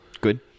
Good